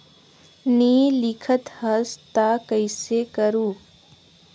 नी लिखत हस ता कइसे करू?